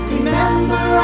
Remember